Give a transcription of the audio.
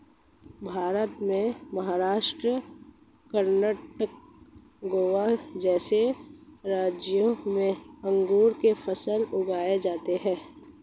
भारत में महाराष्ट्र, कर्णाटक, गोवा जैसे राज्यों में अंगूर की फसल उगाई जाती हैं